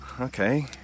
Okay